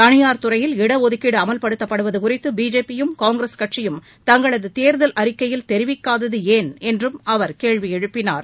தளியார் துறையில் இடஒதுக்கீடு அமல்படுத்தப்படுவது குறித்து பிஜேபியும் காங்கிரஸ் கட்சியும் தங்களது தேர்தல் அறிக்கையில் தெரிவிக்காதது ஏன் என்றும் அவர் கேள்வி எழுப்பினார்